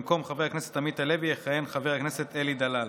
במקום חבר הכנסת עמית הלוי יכהן חבר הכנסת אלי דלל.